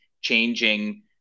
changing